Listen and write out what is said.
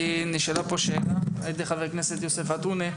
נשאלה פה שאלה על ידי חבר הכנסת יוסף עטאונה.